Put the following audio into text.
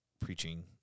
preaching